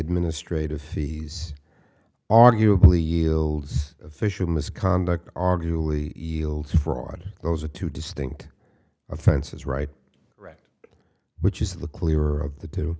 administrative fees arguably yields official misconduct arguably yields fraud those are two distinct offenses right right which is the clear of the t